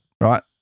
right